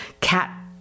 Cat